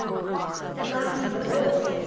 at last the voice,